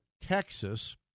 Texas